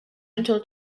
until